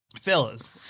Fellas